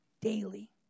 Daily